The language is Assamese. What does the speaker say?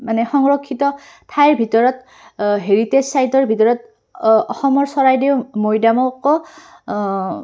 মানে সংৰক্ষিত ঠাইৰ ভিতৰত হেৰিটেজ চাইটৰ ভিতৰত অসমৰ চৰাইদেউ মৈদামকো